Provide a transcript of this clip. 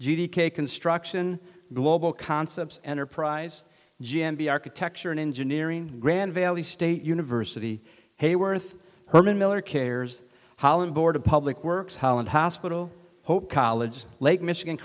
t k construction global concepts enterprise g m b architecture and engineering grand valley state university hayworth herman miller cares holland board of public works holland hospital hope college lake michigan